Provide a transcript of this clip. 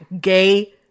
gay